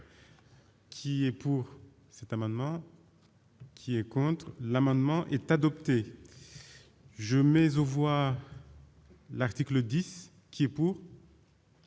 Qui est pour cet amendement qui est contre l'amendement est adopté je mais on voit l'article 10 qui est pour.